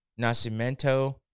Nascimento